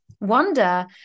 wonder